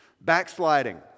Backsliding